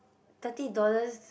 thirty dollars